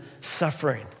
suffering